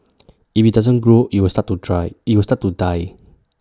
if IT doesn't grow IT will start to try IT will start to die